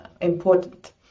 important